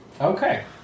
Okay